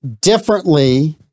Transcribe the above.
differently